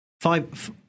Five